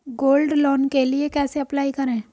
Gold loan के लिए कैसे अप्लाई करें?